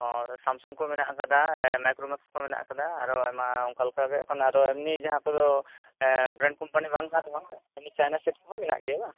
ᱚᱸᱻ ᱥᱟᱢᱥᱩᱝ ᱠᱚ ᱢᱮᱱᱟᱜ ᱟᱠᱟᱫᱟ ᱢᱟᱭᱠᱨᱚᱢᱮᱠᱥ ᱠᱚ ᱢᱮᱱᱟᱜ ᱟᱠᱟᱫᱟ ᱟᱨᱦᱚᱸ ᱟᱭᱢᱟ ᱚᱱᱠᱟ ᱞᱮᱠᱟᱜᱮ ᱮᱠᱷᱚᱱ ᱮᱢᱱᱤ ᱡᱟᱦᱟᱸ ᱠᱚᱫᱚ ᱵᱨᱮᱱᱰ ᱠᱚᱢᱯᱟᱱᱤ ᱵᱟᱝ ᱠᱟᱱ ᱨᱮᱦᱚᱸ ᱪᱟᱭᱱᱟ ᱥᱮᱴ ᱠᱚᱦᱚᱸ ᱢᱮᱱᱟᱜ ᱟᱠᱟᱫ ᱜᱮᱭᱟ ᱵᱟᱝ